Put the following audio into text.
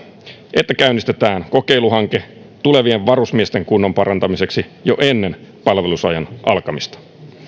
että käynnistetään kokeiluhanke tulevien varusmiesten kunnon parantamiseksi jo ennen palvelusajan alkamista